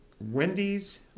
Wendy's